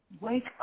wake